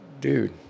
dude